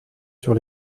sur